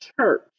church